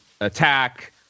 attack